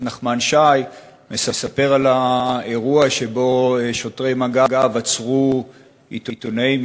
נחמן שי מספר על האירוע שבו שוטרי מג"ב עצרו עיתונאים,